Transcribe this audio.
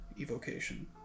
evocation